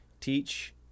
teach